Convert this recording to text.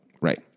Right